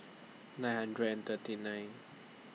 nine hundred and thirty nine